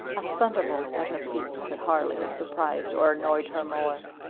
a thunderbolt at her feet could hardly have surprised or annoyed her more.